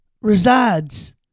Resides